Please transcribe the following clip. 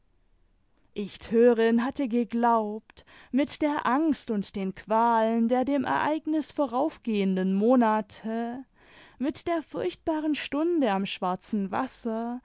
ich törin hatte geglaubt nüt der angst und den qualen der dem ereignis voraufgehenden monate mit der furchtbaren stunde am schwarzen wasser